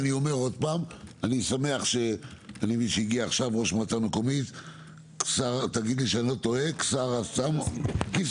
אני שמח שהגיע עכשיו ראש מועצה מקומית כסרא סמיע,